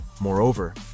Moreover